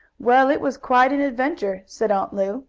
well, it was quite an adventure, said aunt lu,